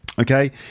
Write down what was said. okay